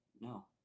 no